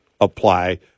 apply